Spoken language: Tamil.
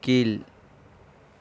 கீழ்